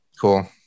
Cool